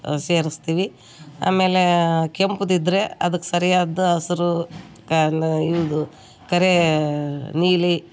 ಸೇರಿಸ್ತೀವಿ ಆಮೇಲೇ ಕೆಂಪುದು ಇದ್ರೇ ಅದಕ್ಕೆ ಸರಿಯಾದ ಹಸ್ರು ಕಲೆಯಿಂದು ಕರಿ ನೀಲಿ